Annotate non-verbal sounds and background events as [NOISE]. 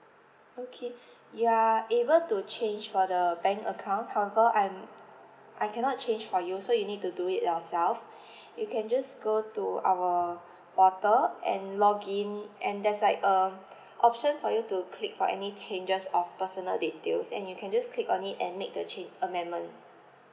okay [BREATH] you are able to change for the bank account however I'm I cannot change for you so you need to do it yourself [BREATH] you can just go to our portal and login and there's like um [BREATH] option for you to click for any changes of personal details and you can just click on it and make the change amendment